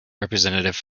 representative